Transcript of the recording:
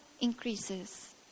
increases